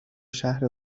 شهر